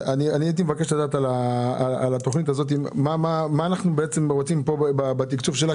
הייתי מבקש לדעת לגבי התכנית הזאת מה אנחנו רוצים בתקצוב שלה.